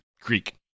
Greek